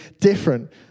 different